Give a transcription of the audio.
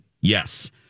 yes